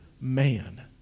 man